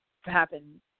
happen